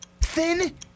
Thin